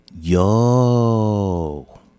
Yo